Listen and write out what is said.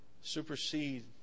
supersede